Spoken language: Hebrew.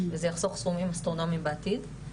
וזה יחסוך סכומים אסטרונומיים בעתיד.